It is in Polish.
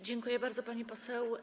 Dziękuję bardzo, pani poseł.